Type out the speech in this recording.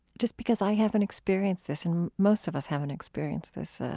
just because i haven't experienced this and most of us haven't experienced this.